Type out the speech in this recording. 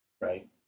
right